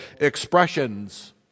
expressions